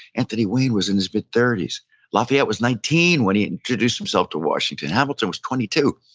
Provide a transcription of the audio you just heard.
anthony wayne was in his mid-thirties lafayette was nineteen when he introduced himself to washington. hamilton was twenty two.